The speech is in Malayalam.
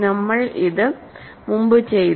നമ്മൾ ഇത് മുമ്പ് ചെയ്തു